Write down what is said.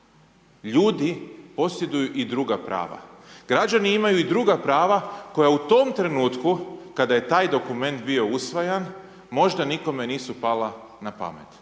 ljudi posjeduju i druga prava, građani imaju i druga prava koja u tom trenutku kada je taj dokument bio usvajan možda nikome nisu pala na pamet.